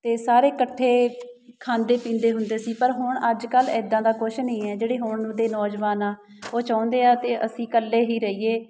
ਅਤੇ ਸਾਰੇ ਇਕੱਠੇ ਖਾਂਦੇ ਪੀਂਦੇ ਹੁੰਦੇ ਸੀ ਪਰ ਹੁਣ ਅੱਜ ਕੱਲ੍ਹ ਇੱਦਾਂ ਦਾ ਕੁਛ ਨਹੀਂ ਹੈ ਜਿਹੜੇ ਹੁਣ ਦੇ ਨੌਜਵਾਨ ਆ ਉਹ ਚਾਹੁੰਦੇ ਆ ਕਿ ਅਸੀਂ ਇਕੱਲੇ ਹੀ ਰਹੀਏ